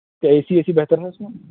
اچھا تو A C وے سی بہتر ہے اس میں